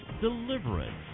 Deliverance